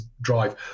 drive